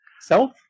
self